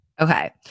Okay